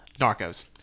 Narcos